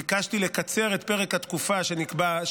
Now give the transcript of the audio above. ביקשתי לקצר את פרק התקופה שנקבע,